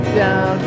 down